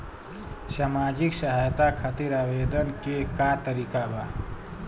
सामाजिक सहायता खातिर आवेदन के का तरीका बा?